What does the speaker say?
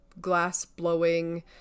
glass-blowing